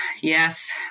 yes